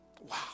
Wow